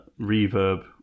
reverb